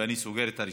ואני סוגר את הרשימה.